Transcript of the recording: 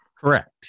Correct